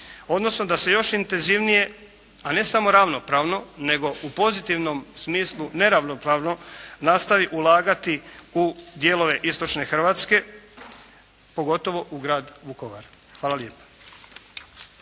odnosno da se još intenzivnije, a ne samo ravnopravno nego u pozitivnom smislu neravnopravno nastavi ulagati u dijelove istočne Hrvatske, pogotovo u grad Vukovar. Hvala lijepa.